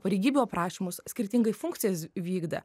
pareigybių aprašymus skirtingai funkcijas vykdė